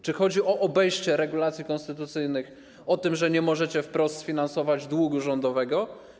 Czy chodzi o obejście regulacji konstytucyjnych, o to, że nie możecie wprost sfinansować długu rządowego?